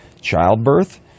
childbirth